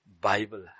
Bible